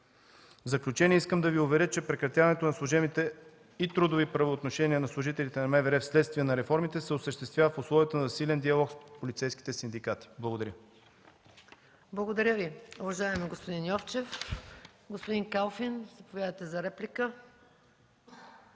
В заключение искам да Ви уверя, че прекратяването на служебните и трудови правоотношения на служителите на МВР вследствие на реформите се осъществява в условията на засилен диалог с полицейските синдикати. Благодаря.